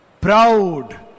Proud